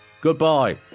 Goodbye